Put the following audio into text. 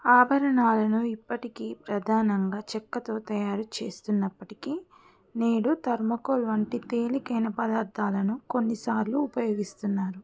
ఆభరణాలను ఇప్పటికీ ప్రధానంగా చెక్కతో తయారు చేస్తున్నప్పటికీ నేడు థర్మోకోల్ వంటి తేలికైన పదార్ధాలను కొన్నిసార్లు ఉపయోగిస్తున్నారు